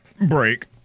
break